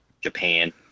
japan